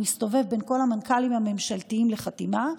הוא מסתובב בין כל המנכ"לים הממשלתיים לחתימה,